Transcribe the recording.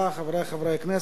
חברי חברי הכנסת,